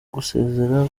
gusezera